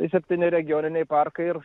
septyni regioniniai parkai ir